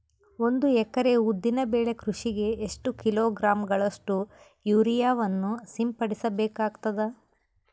ಒಂದು ಎಕರೆ ಉದ್ದಿನ ಬೆಳೆ ಕೃಷಿಗೆ ಎಷ್ಟು ಕಿಲೋಗ್ರಾಂ ಗಳಷ್ಟು ಯೂರಿಯಾವನ್ನು ಸಿಂಪಡಸ ಬೇಕಾಗತದಾ?